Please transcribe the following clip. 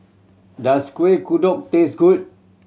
does Kueh Kodok taste good